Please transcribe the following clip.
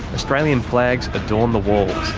australian flags adorn the walls.